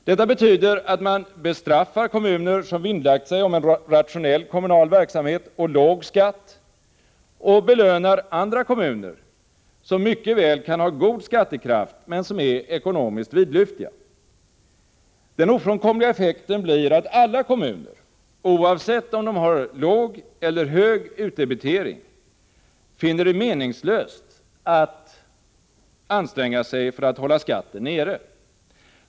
Detta betyder att man bestraffar kommuner som vinnlagt sig om en rationell kommunal verksamhet och låg skatt och belönar andra kommuner, som mycket väl kan ha god skattekraft men som är ekonomiskt vidlyftiga. Den ofrånkomliga effekten blir att alla kommuner — oavsett om de har låg eller hög utdebitering — finner det meningslöst att anstränga sig för att hålla skatten nere.